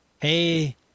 hey